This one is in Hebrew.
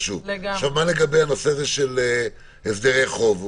לגבי הנושא הזה של שיקום כלכלי,